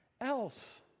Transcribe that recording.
else